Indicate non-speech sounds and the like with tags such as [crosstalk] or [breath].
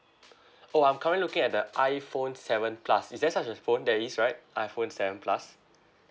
[breath] oh I'm currently looking at the iphone seven plus is there such a phone there is right iphone seven plus